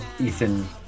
Ethan